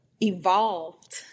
evolved